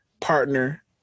partner